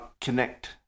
connect